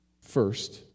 first